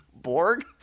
Borg